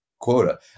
quota